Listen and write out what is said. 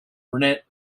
brunette